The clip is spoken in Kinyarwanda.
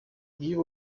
iyo